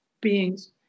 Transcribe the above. beings